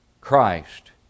Christ